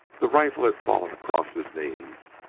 the rifle had fallen across his knees,